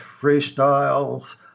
freestyles